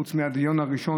חוץ מהדיון הראשון,